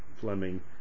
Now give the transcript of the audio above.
Fleming